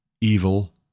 evil